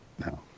No